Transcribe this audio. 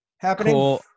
Happening